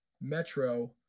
Metro